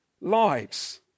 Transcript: lives